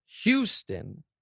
Houston